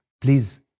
Please